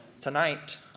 Tonight